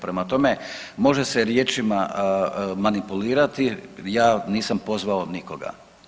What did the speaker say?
Prema tome, može se riječima manipulirati, ja nisam pozvao nikoga.